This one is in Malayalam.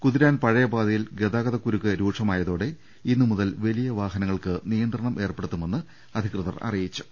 കുതിരാൻ പഴയപാതയിൽ ഗതാഗത ക്കുരുക്ക് രൂക്ഷമായതോടെ ഇന്നുമുതൽ വലിയ വാഹനങ്ങൾക്ക് നിയന്ത്രണം ഏർപ്പെടുത്തുമെന്ന് അധികൃതർ അറിയിച്ചു